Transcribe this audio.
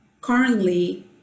currently